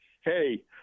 Hey